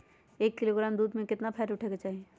एक किलोग्राम दूध में केतना फैट उठे के चाही?